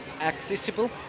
accessible